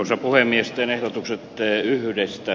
osa puhemiesten ehdotukset tee yhdestä